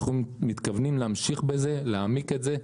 ואנחנו מתכוונים להמשיך בזה, להעמיק את זה.